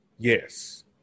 Yes